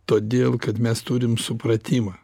todėl kad mes turim supratimą